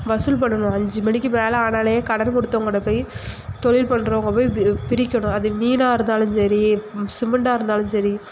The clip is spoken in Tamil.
வசூல் பண்ணுனும் அஞ்சு மணிக்கு மேலே ஆனாலே கடன் கொடுத்தவங்கள்ட போய் தொழில் பண்ணுறவங்க போய் பி பிரிக்கணும் அது மீனாக இருந்தாலும் சரி சிமுன்டா இருந்தாலும் சரி